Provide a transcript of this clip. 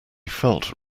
felt